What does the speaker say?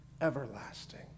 everlasting